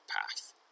path